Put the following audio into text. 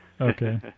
Okay